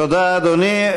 תודה, אדוני.